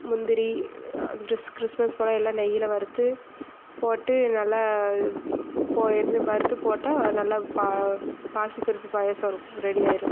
முந்திரி கிறிஸ்மஸ் பழம் எல்லாம் நெய்யில் வறுத்து போட்டு நல்லா என்னது வறுத்து போட்டால் நல்லா பாசிப்பருப்பு பாயாசம் ரெடி ஆகிரும்